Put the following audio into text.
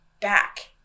back